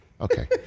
Okay